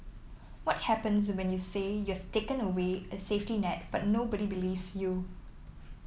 what happens when you say you've taken away a safety net but nobody believes you